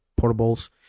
portables